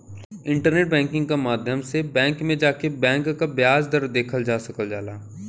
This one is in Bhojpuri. इंटरनेट बैंकिंग क माध्यम से बैंक में जाके बैंक क ब्याज दर देखल जा सकल जाला